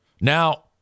now